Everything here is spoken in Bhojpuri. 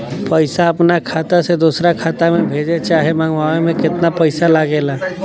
पैसा अपना खाता से दोसरा खाता मे भेजे चाहे मंगवावे में केतना पैसा लागेला?